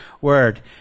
word